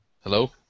Hello